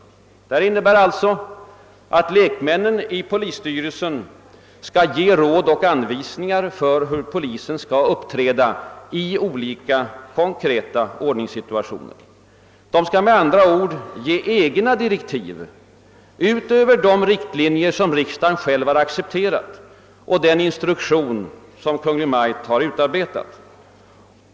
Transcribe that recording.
Det innebär alltså att lekmännen i polisstyrelsen skall ge råd och anvisningar för hur polisen skall uppträda i olika konkreta ordningssituationer. De skall med andra ord lämna egna direktiv utöver de riktlinjer som riksdagen själv har accepterat och den instruktion som Kungl. Maj:t har utarbetat.